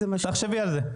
תחשבי על זה.